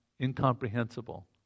incomprehensible